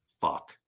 fuck